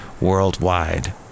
Worldwide